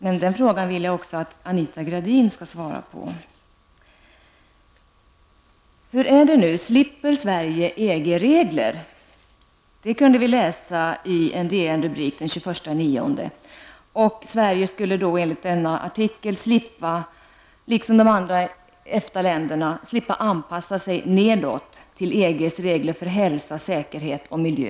Men den frågan vill jag också att Anita Gradin skall svara på. Sverige slipper EG-regler. Det kunde vi läsa i en DN-rubrik den 21 september. Enligt denna artikel skulle Sverige liksom de andra EFTA-länderna slippa att anpassa sig ''nedåt'' till EGs regler för hälsa, säkerhet och miljö.